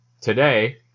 today